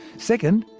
second,